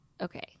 Okay